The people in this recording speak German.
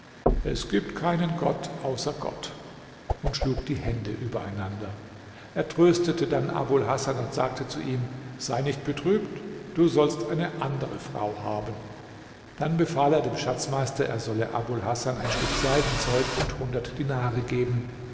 es gibt keinen gott außer gott und schlug die hände übereinander er tröstete dann abul hasan und sagte zu ihm sei nicht betrübt du sollst eine andere frau haben dann befahl er dem schatzmeister er solle abul hasan ein stück seidenzeug und hundert dinare geben